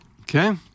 Okay